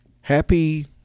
Happy